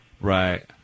Right